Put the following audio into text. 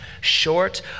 short